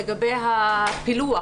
לגבי הפילוח.